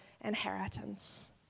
inheritance